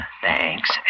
Thanks